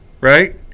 right